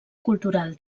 cultural